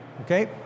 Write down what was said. Okay